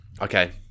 Okay